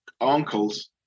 uncles